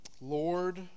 Lord